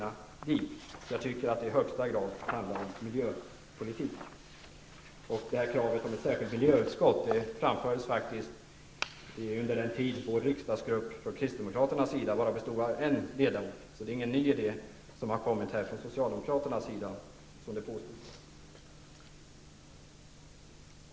Jag tycker nämligen att det i allra högsta grad handlar om miljöpolitik. Kravet på ett särskilt miljöutskott framfördes faktiskt under den tid då kristdemokraternas riksdagsgrupp bara bestod av en ledamot. Det är alltså inte fråga om någon ny idé här från socialdemokraternas sida, som det har påståtts.